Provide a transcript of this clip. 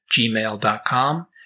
gmail.com